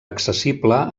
accessible